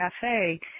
Cafe